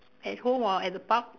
at home or at the park